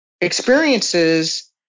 experiences